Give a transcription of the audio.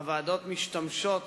הוועדות משתמשות